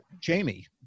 Jamie